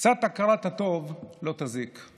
קצת הכרת הטוב לא תזיק.